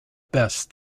best